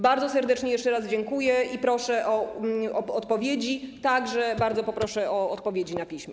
Bardzo serdecznie jeszcze raz dziękuję i proszę o odpowiedzi, także bardzo poproszę o odpowiedzi na piśmie.